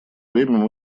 время